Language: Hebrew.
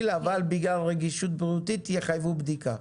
אבל בגלל רגישות בריאותית יחייבו בדיקה.